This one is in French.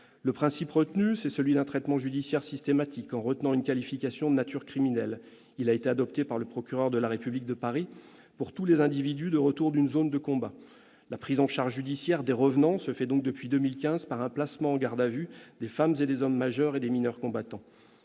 Le principe est celui d'un traitement judiciaire systématique, en retenant une qualification de nature criminelle. Il a été adopté par le procureur de la République de Paris pour tous les individus de retour d'une zone de combat. La prise en charge judiciaire des « revenants » se fait donc, depuis 2015, par un placement en garde à vue des femmes et des hommes majeurs et des mineurs combattants.